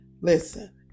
Listen